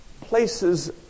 places